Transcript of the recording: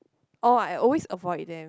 oh I always avoid them